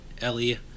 Ellie